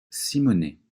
simone